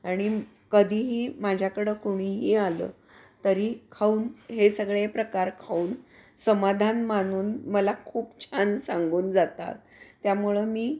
आणि कधीही माझ्याकडं कोणीही आलं तरी खाऊन हे सगळे प्रकार खाऊन समाधान मानून मला खूप छान सांगून जातात त्यामुळं मी